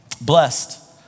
blessed